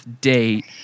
date